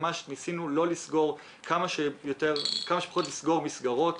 ניסינו כמה שפחות לסגור מסגרות.